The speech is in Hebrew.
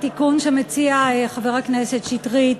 התיקון שמציע חבר הכנסת מאיר שטרית